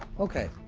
okay.